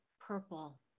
purple